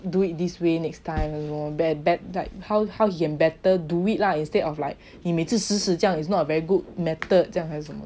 do it this way next time you know bad bad like how how you better do it lah instead of like you 每次死死这样 is not very good method